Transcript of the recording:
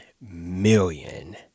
million